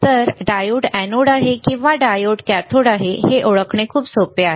तर diode anode आहे किंवा डायोड कॅथोड आहे हे ओळखणे खूप सोपे आहे